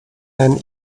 ein